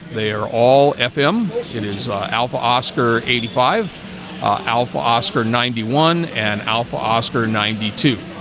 they are all fm in his alpha oscar eighty five ah alpha oscar ninety one and alpha oscar ninety two